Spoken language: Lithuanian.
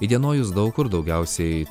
įdienojus daug kur daugiausiai